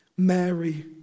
Mary